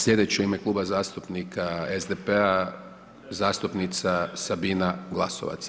Sljedeći u ime Kluba zastupnika SDP-a zastupnica Sabina Glasovac.